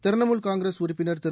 திரிணாமூல் காங்கிரஸ் உறுப்பினா் திரு